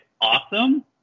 awesome